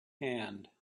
hand